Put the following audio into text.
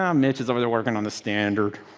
um mitch is over there working on the standard.